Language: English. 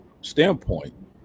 standpoint